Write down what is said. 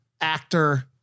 actor